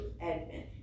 Edmund